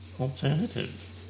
alternative